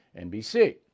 NBC